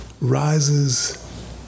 rises